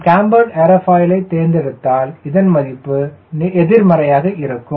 நான் கேம்பர்டு ஏரோஃபைலை தேர்ந்தெடுத்தால் இதன் மதிப்பு எதிர்மறையாக இருக்கும்